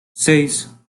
seis